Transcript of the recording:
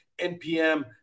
NPM